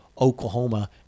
Oklahoma